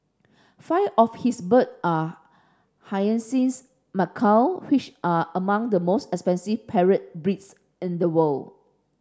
five of his bird are hyacinth macaw which are among the most expensive parrot breeds in the world